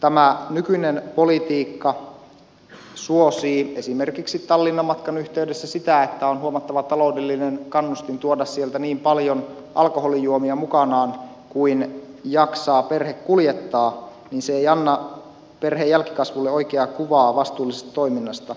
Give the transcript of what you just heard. tämä nykyinen politiikka suosii esimerkiksi tallinnan matkan yhteydessä sitä että on huomattava taloudellinen kannustin tuoda sieltä niin paljon alkoholijuomia mukanaan kuin jaksaa perhe kuljettaa niin se ei anna perheen jälkikasvulle oikeaa kuvaa vastuullisesta toiminnasta